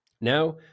Now